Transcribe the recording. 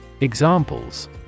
Examples